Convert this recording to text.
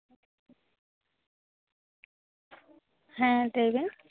ᱦᱮᱸ ᱞᱟᱹᱭ ᱵᱮᱱ